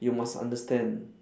you must understand